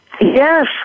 Yes